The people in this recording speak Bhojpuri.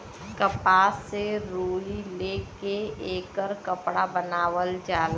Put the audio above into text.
कपास से रुई ले के एकर कपड़ा बनावल जाला